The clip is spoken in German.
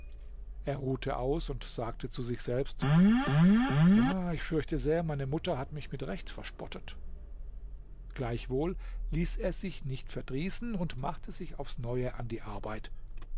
er ruhte aus und sagte zu sich selbst ich fürchte sehr meine mutter hat mich mit recht verspottet gleichwohl ließ er es sich nicht verdrießen und machte sich aufs neue an die arbeit